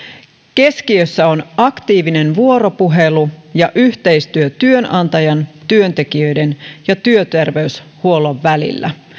keskiössä on aktiivinen vuoropuhelu ja yhteistyö työnantajan työntekijöiden ja työterveyshuollon välillä